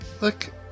look